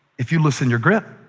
if you loosen your grip,